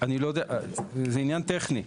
זה עניין טכני.